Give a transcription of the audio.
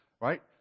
right